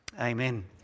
Amen